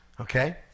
Okay